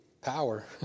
power